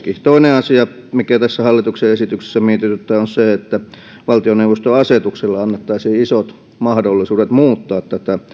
toinen asia mikä tässä hallituksen esityksessä mietityttää on se että valtioneuvoston asetuksella annettaisiin isot mahdollisuudet muuttaa